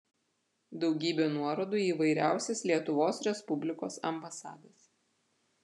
daugybė nuorodų į įvairiausias lietuvos respublikos ambasadas